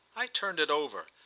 i turned it over.